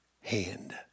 hand